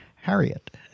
Harriet